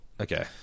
Okay